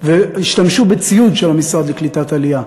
והשתמשו בציוד של המשרד לקליטת עלייה.